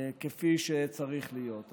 כפי שהיה צריך להיות.